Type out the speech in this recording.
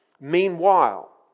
Meanwhile